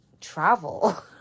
Travel